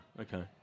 okay